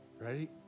ready